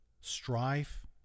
strife